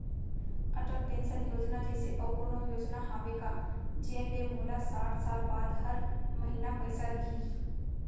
Atal pension योजना जइसे अऊ कोनो योजना हावे का जेन ले मोला साठ साल बाद हर महीना पइसा दिही?